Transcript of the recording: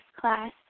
class